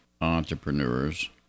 entrepreneurs